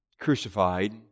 crucified